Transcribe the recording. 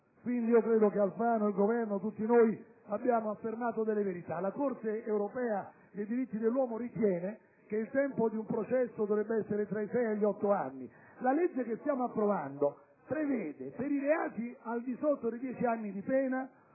ministro Alfano, il Governo, tutti noi, abbiamo affermato delle verità. La Corte europea dei diritti dell'uomo ritiene che il tempo di un processo dovrebbe essere tra i sei e gli otto anni. La legge che stiamo approvando prevede per i reati per i quali è prevista una